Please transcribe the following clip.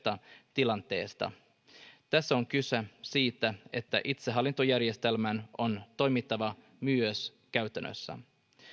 tilanteesta tässä on kyse siitä että itsehallintojärjestelmän on toimittava myös käytännössä